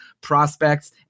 prospects